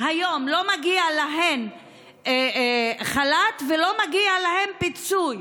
היום לא מגיע להן חל"ת ולא מגיע להן פיצוי.